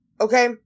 Okay